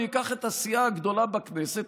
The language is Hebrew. אני אקח את הסיעה הגדולה בכנסת,